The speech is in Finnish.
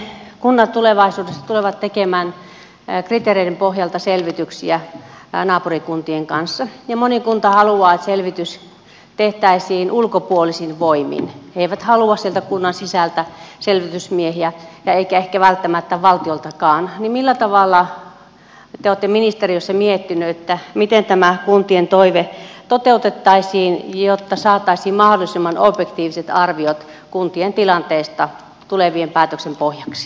kun nyt sitten kunnat tulevaisuudessa tulevat tekemään kriteereiden pohjalta selvityksiä naapurikuntien kanssa ja moni kunta haluaa että selvitys tehtäisiin ulkopuolisin voimin he eivät halua sieltä kunnan sisältä selvitysmiehiä eivätkä ehkä välttämättä valtioltakaan niin millä tavalla te olette ministeriössä miettineet miten tämä kuntien toive toteutettaisiin jotta saataisiin mahdollisimman objektiiviset arviot kuntien tilanteesta tulevien päätösten pohjaksi